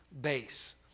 base